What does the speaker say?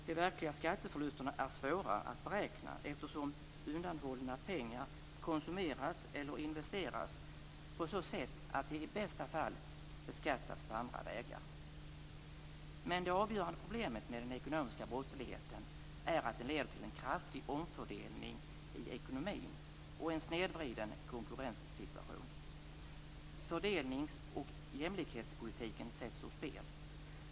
De verkliga skatteförlusterna är svåra att beräkna, eftersom undanhållna pengar konsumeras eller investeras på så sätt att de i bästa fall beskattas på andra vägar. Men det avgörande problemet med den ekonomiska brottsligheten är att den leder till en kraftig omfördelning i ekonomin och en snedvriden konkurrenssituation. Fördelningsoch jämlikhetspolitiken sätts ur spel.